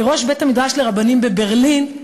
ראש בית-המדרש לרבנים בברלין,